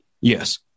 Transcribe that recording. Yes